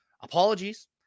apologies